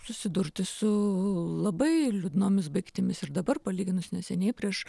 susidurti su labai liūdnomis baigtimis ir dabar palyginus neseniai prieš